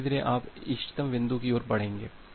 तो धीरे धीरे आप इष्टतम बिंदु की ओर बढ़ेंगे